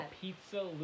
Pizza